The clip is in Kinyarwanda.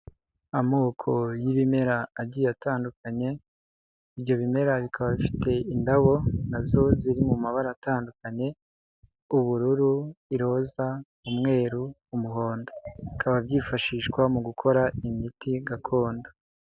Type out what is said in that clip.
Amoko y'ibimera agiye atandukanye, ibyo bimera bikaba bifite indabo nazo ziri mu mabara atandukanye, ubururu, iroza, umweru, umuhondo. Bikaba byifashishwa mu gukora imiti gakondo.